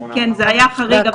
זה היה חריג,